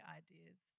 ideas